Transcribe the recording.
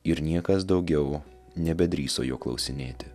ir niekas daugiau nebedrįso jo klausinėti